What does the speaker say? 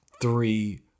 three